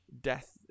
death